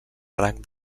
rang